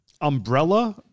Umbrella